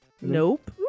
Nope